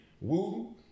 Woo